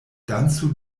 dancu